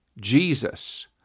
Jesus